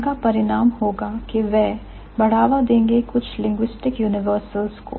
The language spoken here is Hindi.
उनका परिणाम होगा के वह बढ़ावा देंगे कुछ linguistic universals को